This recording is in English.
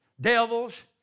devils